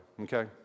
okay